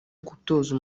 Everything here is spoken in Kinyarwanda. gutoza